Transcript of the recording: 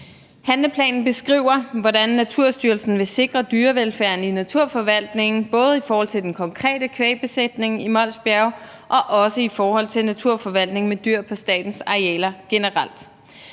Handleplanen beskriver, hvordan Naturstyrelsen vil sikre dyrevelfærden i naturforvaltningen, både i forhold til den konkrete kvægbesætning i Mols bjerge og også i forhold til naturforvaltning med dyr på statens arealer generelt.